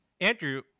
Andrew